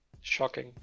Shocking